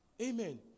Amen